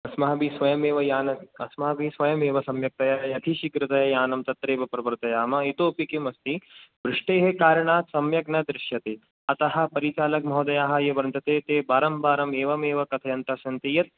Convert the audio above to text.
अस्माभिस्स्वयमेव यानस् अस्माभिः स्वयमेव सम्यकस्तया अतिशीघ्रतया यानं तत्रैव प्रवर्तयाम इतोऽपि किम् अस्ति वृष्टेः कारणात् सम्यक् न दृश्यते अतः परिचालक् महोदयाः ये वर्तते ते वारं वारम् एवमेव कथयन्तस्सन्ति यत्